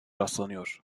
rastlanıyor